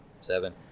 Seven